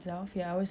my voice